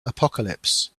apocalypse